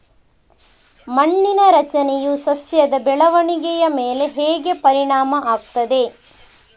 ಮಣ್ಣಿನ ರಚನೆಯು ಸಸ್ಯದ ಬೆಳವಣಿಗೆಯ ಮೇಲೆ ಹೇಗೆ ಪರಿಣಾಮ ಆಗ್ತದೆ?